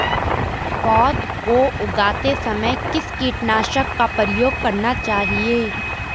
पौध को उगाते समय किस कीटनाशक का प्रयोग करना चाहिये?